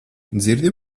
dzirdi